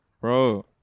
Bro